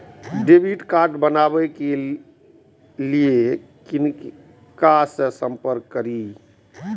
Debit card बनावे के लिए किनका से संपर्क करी?